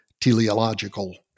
teleological